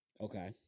Okay